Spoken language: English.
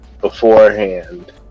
beforehand